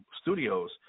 Studios